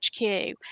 HQ